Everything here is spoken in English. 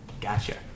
Gotcha